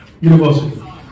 University